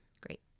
great